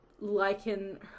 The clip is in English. liken